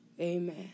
Amen